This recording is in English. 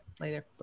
later